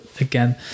again